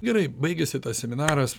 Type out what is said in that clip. gerai baigėsi tas seminaras